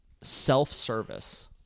self-service